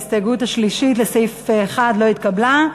ההסתייגות השלישית לסעיף 1 לא התקבלה.